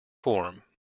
form